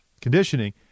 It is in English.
conditioning